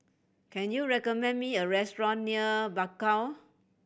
can you recommend me a restaurant near Bakau